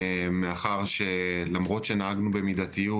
מאחר שלמרות שנהגנו במידתיות